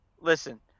Listen